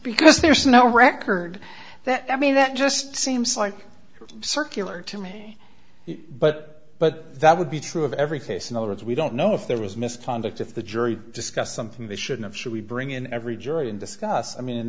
because there's no record that i mean that just seems like circular to me but but that would be true of every case in other words we don't no if there was misconduct if the jury discussed something they should have should we bring in every jury and discuss i mean in